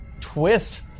twist